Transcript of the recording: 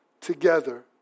together